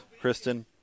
Kristen